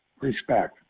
respect